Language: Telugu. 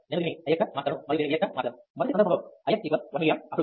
నేను దీనిని Ix గా మార్చగలను మరియు దీనిని Vx గా మార్చగలను